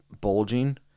bulging